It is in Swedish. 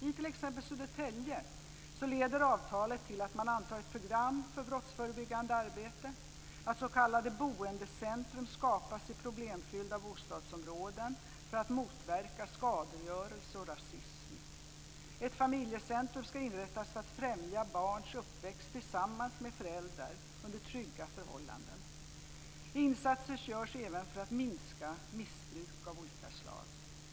I t.ex. Södertälje leder avtalet till att man antar ett program för brottsförebyggande arbete, att s.k. boendecentrum skapas i problemfyllda bostadsområden för att motverka skadegörelse och rasism. Ett familjecentrum ska inrättas för att främja barns uppväxt tillsammans med föräldrar under trygga förhållanden. Insatser görs även för att minska missbruk av olika slag.